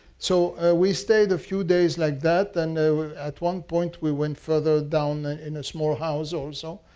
so we stayed a few days like that. and at one point we went further down in a small house also,